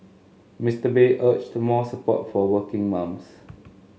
Mister Bay urged the more support for working mums